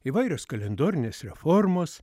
įvairios kalendorinės reformos